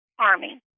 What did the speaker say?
Army